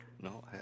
no